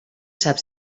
sap